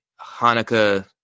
Hanukkah